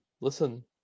listen